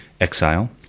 exile